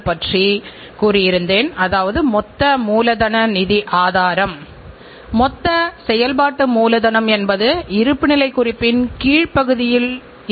ஏனென்றால் இந்தியா போன்ற நாட்டில் கூட உலகமயமாக்கலுக்கு பிறகு பொருள் அளிப்பு பகுதியானது மேம்பட்டுள்ளது